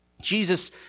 Jesus